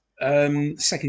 Second